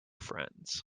friends